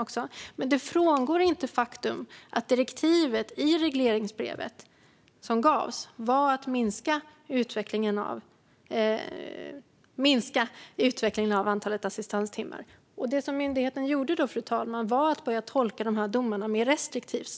Men därigenom frångås inte det faktum att direktivet i regleringsbrevet som gavs var att minska utvecklingen av antalet assistanstimmar. Det som myndigheten gjorde då, fru talman, var att börja tolka de här domarna mer restriktivt.